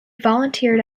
volunteered